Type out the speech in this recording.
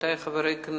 רבותי חברי הכנסת,